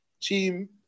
Team